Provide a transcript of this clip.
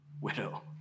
widow